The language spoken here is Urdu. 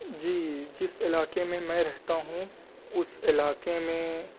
جی جس علاقے میں میں رہتا ہوں اس علاقے میں